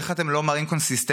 איך אתם לא מראים קונסיסטנטיות,